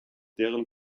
deren